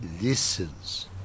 listens